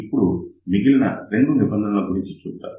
ఇప్పుడు మిగిలిన 2 నిబంధనలను గురించి చూద్దాం